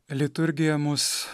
liturgija mus